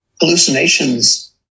hallucinations